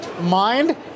mind